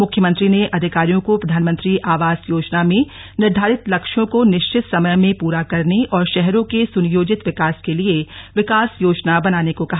मुख्यमंत्री ने अधिकारियों को प्रधानमंत्री आवास योजना में निर्घारित लक्ष्यों को निश्चित समय में पूरा करने और शहरों के सुनियोजित विकास के लिए विकास योजना बनाने क कहा